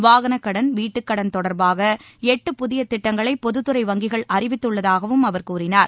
வாகனக் கடன் வீட்டுக் கடன் தொடர்பாக எட்டு புதிய திட்டங்களை பொதுத் துறை வங்கிகள் அறிவித்துள்ளதாகவும் அவர் கூறினார்